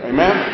Amen